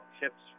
chips